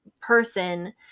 person